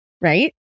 Right